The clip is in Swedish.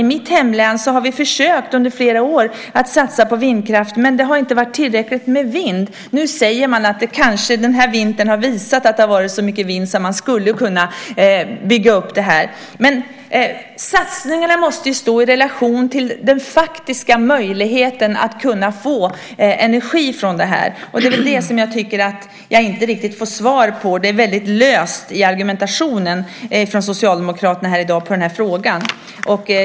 I mitt hemlän har vi under flera år försökt satsa på vindkraft, men det har inte varit tillräckligt med vind. Nu säger man att den gångna vintern visat att det kanske varit så mycket vind att man skulle kunna bygga upp vindkraftverken. Men satsningarna måste stå i relation till den faktiska möjligheten att kunna få energi från vindkraftverken, och det tycker jag inte att jag riktigt får svar på. Argumentationen från Socialdemokraterna är väldigt lös i dag vad gäller den frågan.